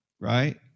right